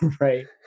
right